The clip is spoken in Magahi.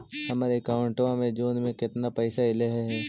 हमर अकाउँटवा मे जून में केतना पैसा अईले हे?